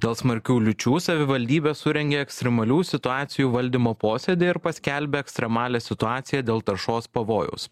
dėl smarkių liūčių savivaldybė surengė ekstremalių situacijų valdymo posėdį ir paskelbė ekstremalią situaciją dėl taršos pavojaus